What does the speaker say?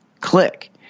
click